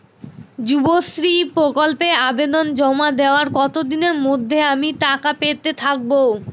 যুবশ্রী প্রকল্পে আবেদন জমা দেওয়ার কতদিনের মধ্যে আমি টাকা পেতে থাকব?